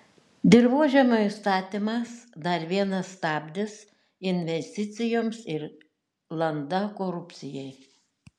dirvožemio įstatymas dar vienas stabdis investicijoms ir landa korupcijai